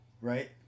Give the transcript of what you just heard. Right